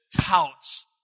touts